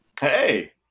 Hey